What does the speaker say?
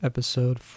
Episode